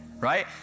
right